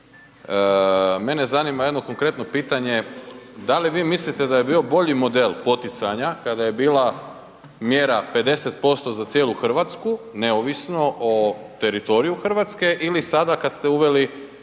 mene zanima jedno konkretno pitanje. Da li vi mislite da je bio bolji model poticanja kada je bila mjera 50% za cijelu Hrvatsku neovisno o teritoriju Hrvatske ili sada kad ste uveli